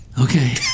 okay